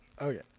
okay